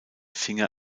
finger